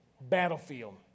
battlefield